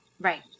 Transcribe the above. Right